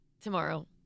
Tomorrow